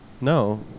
No